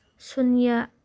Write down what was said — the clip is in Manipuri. ꯁꯨꯅ꯭ꯌꯥ